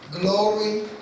glory